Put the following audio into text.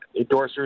endorsers